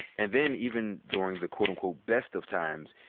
and then, even during the quote unquote best of times,